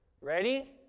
ready